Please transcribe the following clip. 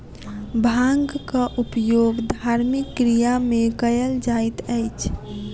भांगक उपयोग धार्मिक क्रिया में कयल जाइत अछि